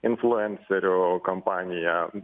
pasitelkta kad pasiekti jauniausius vairuotojus